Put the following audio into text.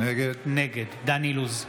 נגד דן אילוז,